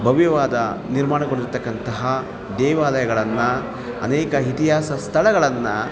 ಭವ್ಯವಾದ ನಿರ್ಮಾಣಗೊಂಡಿರ್ತಕ್ಕಂಥಹ ದೇವಾಲಯಗಳನ್ನು ಅನೇಕ ಇತಿಹಾಸ ಸ್ಥಳಗಳನ್ನು